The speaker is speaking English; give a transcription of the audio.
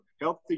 Healthy